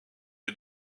est